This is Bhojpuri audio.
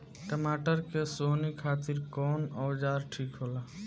टमाटर के सोहनी खातिर कौन औजार ठीक होला?